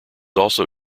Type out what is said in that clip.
also